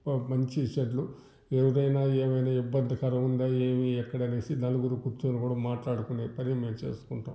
అ మంచి చెదులు ఎవరైనా ఏమైనా ఇబ్బందికరం ఉందా ఏమి ఎక్కడ అనేసి నలుగురు కూర్చొని కూడా మాట్లాడుకొనే పని మేం చేసుకుంటాం